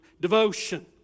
devotion